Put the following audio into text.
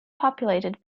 populated